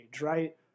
right